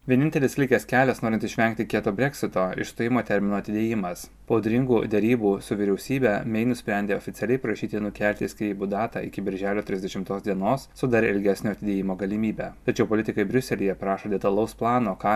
vienintelis likęs kelias norint išvengti kieto breksito išstojimo termino atidėjimas po audringų derybų su vyriausybe mei nusprendė oficialiai prašyti nukelti skyrybų datą iki birželio trisdešimtos dienos su dar ilgesnio atidėjimo galimybe tačiau politikai briuselyje prašo detalaus plano ką